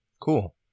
Cool